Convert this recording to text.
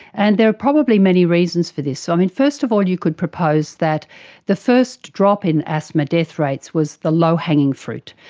and there are probably many reasons for this. so um first of all you could propose that the first drop in asthma death rates was the low hanging fruit.